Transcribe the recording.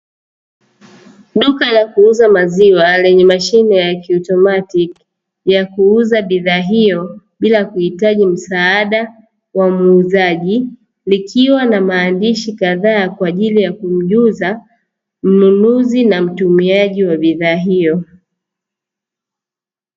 Duka la kuuza maziwa, lenye mashine ya kiautomatiki ya kuuza bidhaa hiyo bila kuhitaji msaada wa muuzaji, likiwa na maandishi kadhaa kwa ajili ya kumjuza mnunuzi na mtumiaji wa bidhaa hiyo.